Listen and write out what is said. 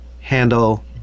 handle